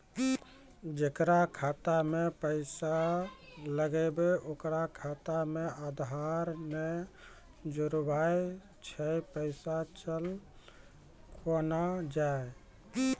जेकरा खाता मैं पैसा लगेबे ओकर खाता मे आधार ने जोड़लऽ छै पैसा चल कोना जाए?